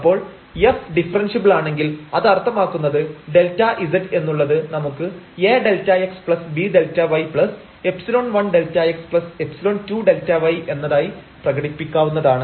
അപ്പോൾ f ഡിഫറെൻഷ്യബിളാണെങ്കിൽ അത് അർത്ഥമാക്കുന്നത് Δz എന്നുള്ളത് നമുക്ക് aΔx bΔy ϵ1Δx ϵ2Δy എന്നതായി പ്രകടിപ്പിക്കാവുന്നതാണ്